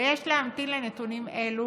ויש להמתין לנתונים אלו,